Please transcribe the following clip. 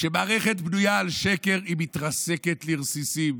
כשמערכת בנויה על שקר, היא מתרסקת לרסיסים.